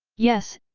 yes,